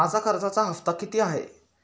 माझा कर्जाचा हफ्ता किती आहे?